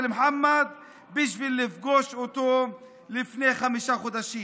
מוחמד בשביל לפגוש אותו לפני חמישה חודשים.